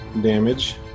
damage